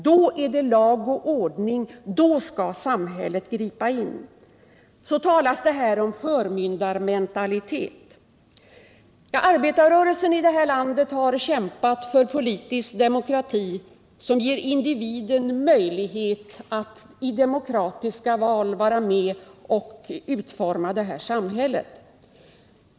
Då är det fråga om lag och ordning, då skall samhället gripa in. Så talas det här om förmyndarmentalitet. Arbetarrörelsen har i detta land kämpat för politisk demokrati som ger individen möjlighet att i demokratiska val vara med och utforma samhället.